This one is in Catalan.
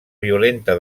violenta